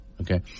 Okay